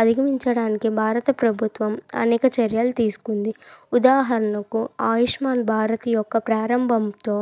అధిగమించడానికి భారత ప్రభుత్వం అనేక చర్యలు తీసుకుంది ఉదాహరణకు ఆయుష్మాన్ భారత్ ఈ యొక్క ప్రారంభంతో